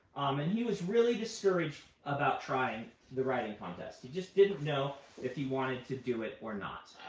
and he was really discouraged about trying the writing contest. he just didn't know if he wanted to do it or not.